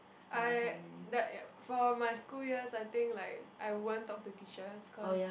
I that for my school years I think like I won't talk to teachers cause